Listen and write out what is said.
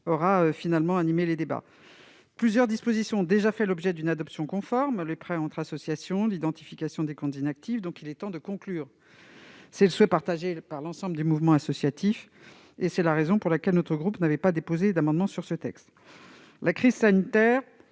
aura finalement animé les débats. Plusieurs dispositions ont déjà fait l'objet d'une adoption conforme- les prêts entre associations, l'identification des comptes inactifs -, donc il est temps de conclure. C'est le souhait partagé par l'ensemble du Mouvement associatif et c'est la raison pour laquelle notre groupe n'a pas déposé d'amendements sur ce texte. La crise sanitaire